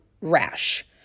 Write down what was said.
rash